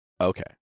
okay